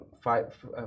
five